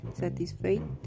satisfied